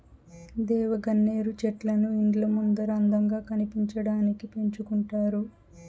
దేవగన్నేరు చెట్లను ఇండ్ల ముందర అందంగా కనిపించడానికి పెంచుకుంటారు